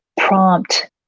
prompt